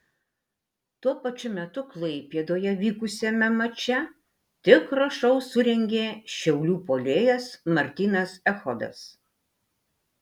tuo pačiu metu klaipėdoje vykusiame mače tikrą šou surengė šiaulių puolėjas martynas echodas